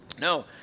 No